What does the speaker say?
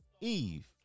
Eve